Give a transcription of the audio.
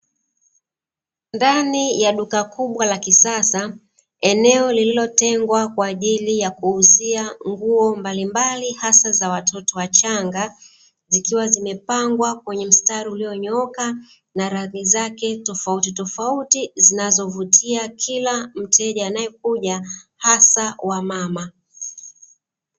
Ndani ya duka kubwa la kisasa, eneo lililotengwa kwaajili ya kuuzia nguo mbalimbali hasa za watoto wachanga, zikiwa zimepangwa kwaenye mstari ulionyooka, na rangi zake tofautitofauti zinazovutia kila mteja anayekuja hasa wamama.